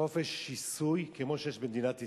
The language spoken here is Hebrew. חופש שיסוי כמו שיש במדינת ישראל?